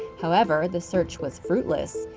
however, the search was fruitless.